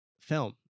film